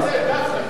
תפרסם, כן.